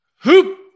Hoop